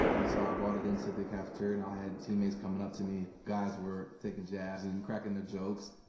and so i brought it into the cafeteria and i had teammates coming up to me. guys were taking jabs and cracking their jokes.